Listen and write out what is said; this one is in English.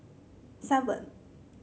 seven